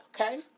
okay